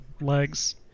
legs